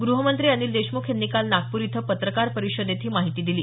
गृहमंत्री अनिल देशमुख यांनी काल नागपूर इथं पत्रकार परिषदेत ही माहिती दिली